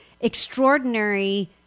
extraordinary